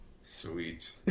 sweet